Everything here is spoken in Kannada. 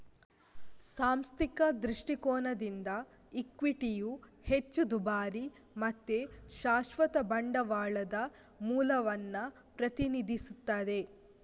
ಸಾಂಸ್ಥಿಕ ದೃಷ್ಟಿಕೋನದಿಂದ ಇಕ್ವಿಟಿಯು ಹೆಚ್ಚು ದುಬಾರಿ ಮತ್ತೆ ಶಾಶ್ವತ ಬಂಡವಾಳದ ಮೂಲವನ್ನ ಪ್ರತಿನಿಧಿಸ್ತದೆ